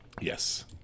Yes